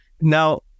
Now